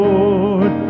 Lord